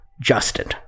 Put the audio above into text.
justin